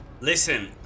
listen